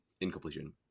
incompletion